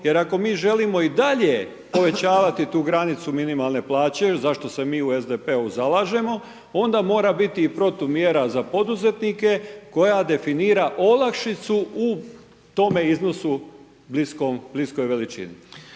jer ako mi želimo i dalje povećavati tu granicu minimalne plaće jer za što se mi u SDP-u zalažemo, onda mora biti i protumjera za poduzetnike koja definira olakšicu u tome iznosu bliskoj veličini.